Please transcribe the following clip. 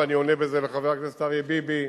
ואני עונה בזה לחבר הכנסת אריה ביבי,